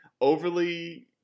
overly